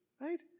right